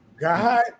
God